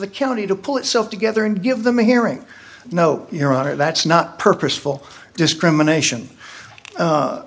the county to pull itself together and give them a hearing no your honor that's not purposeful discrimination